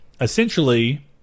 essentially